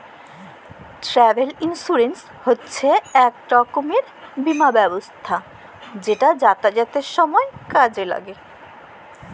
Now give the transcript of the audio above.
travel insurance হছে ইক রকমের বীমা ব্যবস্থা যেট যাতায়াতের সময় কাজে ল্যাগে